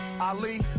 Ali